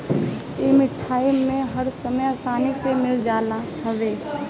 इ मार्किट में हर सामान आसानी से मिल जात हवे